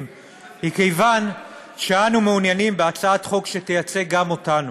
היא שאנו מעוניינים בהצעת חוק שתייצג גם אותנו,